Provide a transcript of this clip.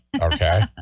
okay